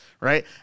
Right